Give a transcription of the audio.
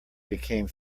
became